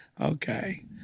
Okay